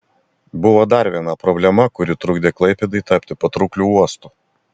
buvo dar viena problema kuri trukdė klaipėdai tapti patraukliu uostu